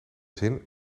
zin